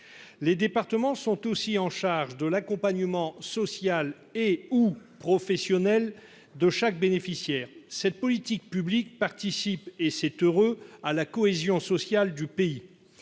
les départements sont aussi en charge de l'accompagnement social et ou professionnels de chaque bénéficiaire cette politique publique participe, et c'est heureux, à la cohésion sociale du pays,